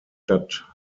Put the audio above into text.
stadt